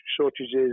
shortages